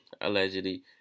Allegedly